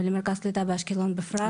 ולמרכז קליטה באשקלון בפרט.